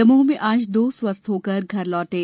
दमोह में आज दो लोग स्वस्थ होकर घर लौटे